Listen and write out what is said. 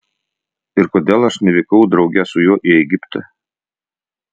ir kodėl aš nevykau drauge su juo į egiptą